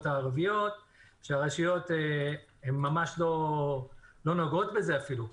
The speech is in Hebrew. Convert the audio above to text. ערביות שהרשויות ממש לא נוגעות בזה אפילו.